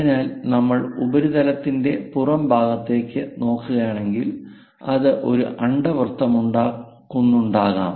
അതിനാൽ നമ്മൾ ഉപരിതലത്തിന്റെ പുറംഭാഗത്തേക്ക് നോക്കുകയാണെങ്കിൽ അത് ഒരു അണ്ഡവൃത്തമുണ്ടാക്കുന്നുണ്ടാകാം